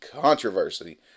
controversy